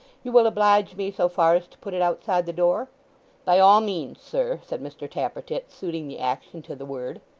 you will oblige me so far as to put it outside the door by all means, sir said mr tappertit, suiting the action to the word.